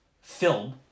film